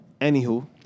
anywho